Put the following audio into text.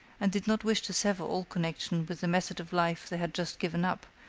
and did not wish to sever all connection with the method of life they had just given up,